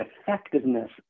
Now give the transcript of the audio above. effectiveness